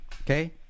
okay